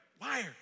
liar